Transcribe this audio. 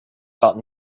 about